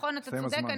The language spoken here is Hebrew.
נכון, אתה צודק.